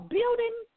Building